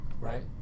Right